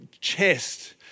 chest